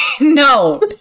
No